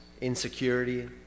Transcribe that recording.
insecurity